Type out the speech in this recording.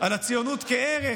על הציונות כערך,